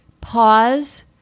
Pause